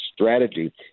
strategy